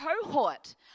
cohort